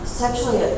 sexually